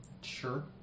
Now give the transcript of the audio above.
Sure